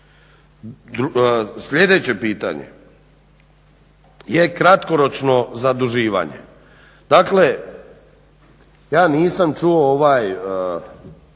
Sljedeće pitanje je kratkoročno zaduživanje. Dakle ja nisam čuo niti